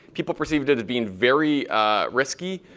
people perceived it as being very risky.